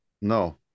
no